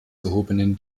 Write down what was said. gehobenen